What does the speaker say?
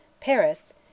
Paris